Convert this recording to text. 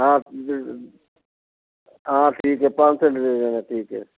हाँ हाँ ठीक है पाँच सौ दे देना ठीक है